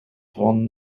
van